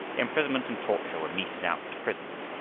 imprisonment and torture were meted out to prisoners,